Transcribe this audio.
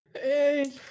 Hey